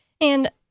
And-